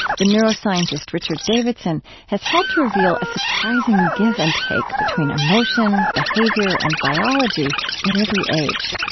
the neuroscientist richard davidson has helped reveal a surprising give and take between emotion, behavior, and biology at every age.